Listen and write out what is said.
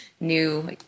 new